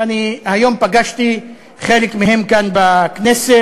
ואני פגשתי היום חלק מהם כאן בכנסת,